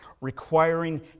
requiring